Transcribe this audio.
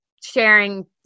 sharing